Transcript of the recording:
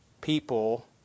people